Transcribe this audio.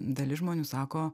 dalis žmonių sako